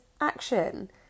action